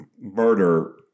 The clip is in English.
murder